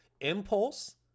Impulse